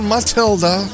Matilda